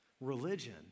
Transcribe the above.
Religion